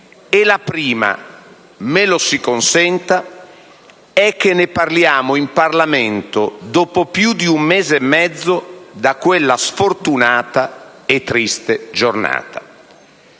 e la prima - me lo si consenta - è che ne parliamo in Parlamento dopo più di un mese e mezzo da quella sfortunata e triste giornata.